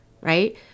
right